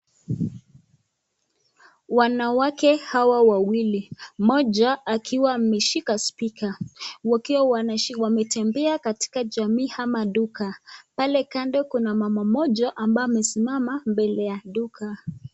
Wanawake hawa wawili, mmoja akiwa ameshika spika, wakiwa wametembea katika jamii ama duka. Pale kando kuna mama mmoja ambaye amesimama mbele ya duka.